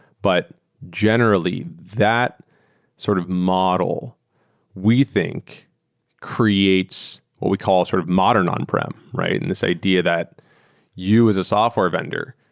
but generally that sort of model we think creates what we call sort of modern on-prem and this idea that you as a software vendor,